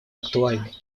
актуальной